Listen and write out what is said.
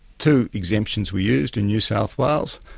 two exemptions were used in new south wales,